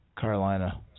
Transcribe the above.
Carolina